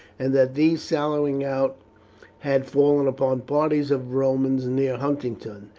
and that these sallying out had fallen upon parties of romans near huntingdon,